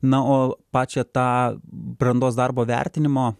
na o pačią tą brandos darbo vertinimo